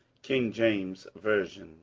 king james version,